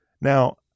Now